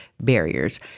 barriers